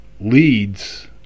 leads